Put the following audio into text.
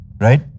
right